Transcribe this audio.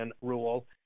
rule